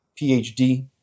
PhD